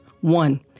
One